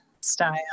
style